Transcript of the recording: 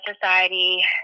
society